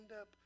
up